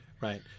Right